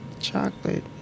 chocolate